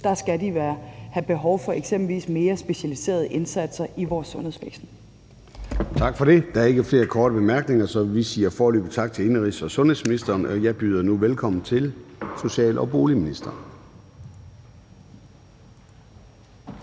Der har vi behov for eksempelvis mere specialiserede indsatser i vores sundhedsvæsen. Kl. 13:46 Formanden (Søren Gade): Tak for det. Der er ikke flere korte bemærkninger, så vi siger foreløbig tak til indenrigs- og sundhedsministeren, og jeg byder nu velkommen til social- og boligministeren.